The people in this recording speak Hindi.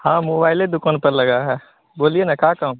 हाँ मोबाइले दुकान पर लगा है बोलिए ना क्या काम